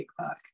Kickback